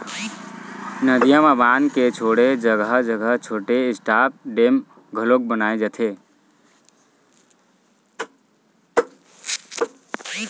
नदियां म बांध के छोड़े जघा जघा छोटे छोटे स्टॉप डेम घलोक बनाए जाथे